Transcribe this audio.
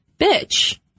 bitch